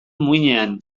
muinean